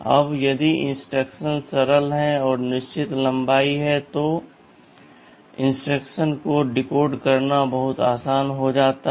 अब यदि इंस्ट्रक्शन सरल हैं और निश्चित लंबाई हैं तो इंस्ट्रक्शन को डिकोड करना बहुत आसान हो जाता है